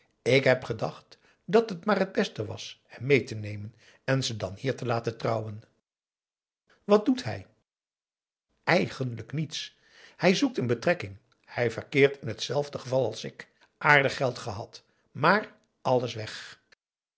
ik heb gedacht dat t maar het beste was hem mee te nemen en ze dan hier te laten trouwen wat doet hij eigenlijk niets hij zoekt een betrekking hij verkeert in t zelfde geval als ik aardig geld gehad maar alles weg